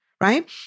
Right